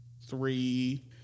three